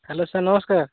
hello sir ନମସ୍କାର